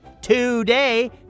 today